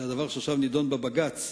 הדבר שעכשיו נדון בבג"ץ,